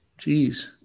Jeez